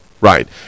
Right